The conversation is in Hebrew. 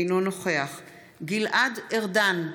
אינו נוכח גלעד ארדן,